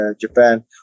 Japan